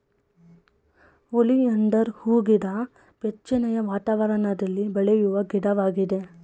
oleander ಹೂಗಿಡ ಬೆಚ್ಚನೆಯ ವಾತಾವರಣದಲ್ಲಿ ಬೆಳೆಯುವ ಗಿಡವಾಗಿದೆ